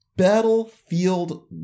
Battlefield